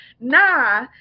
Nah